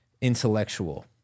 intellectual